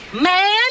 man